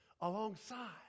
alongside